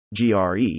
GRE